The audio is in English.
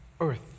earth